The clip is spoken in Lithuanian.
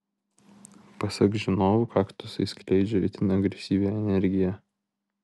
pasak žinovų kaktusai skleidžia itin agresyvią energiją